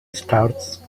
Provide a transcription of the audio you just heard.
starts